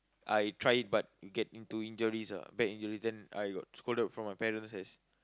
I try but get into injuries ah bad injuries then I got scolded from my parents as